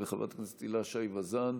חברת הכנסת הילה שי וזאן,